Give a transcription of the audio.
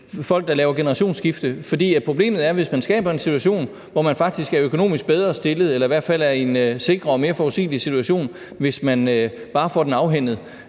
folk, der laver generationsskifte. For problemet er, at hvis der skabes en situation, hvor man faktisk er økonomisk bedre stillet eller i hvert fald er i en sikrere og mere forudsigelig situation, hvis man bare får virksomheden afhændet,